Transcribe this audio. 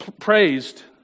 praised